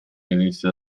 venisse